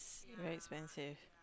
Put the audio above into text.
very expensive